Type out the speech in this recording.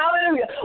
Hallelujah